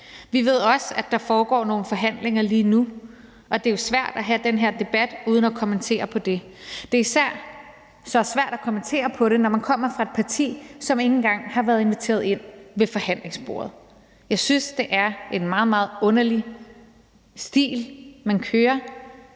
Vi ved også, at der lige nu foregår nogle forhandlinger, og det er jo svært at have den her debat uden at kommentere på det, og det er især så svært at kommentere på det, når man kommer fra et parti, som ikke engang har været inviteret ind ved forhandlingsbordet. Jeg synes, det er en meget, meget underlig stil, man kører,